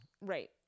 Right